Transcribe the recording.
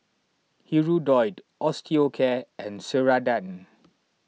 Hirudoid Osteocare and Ceradan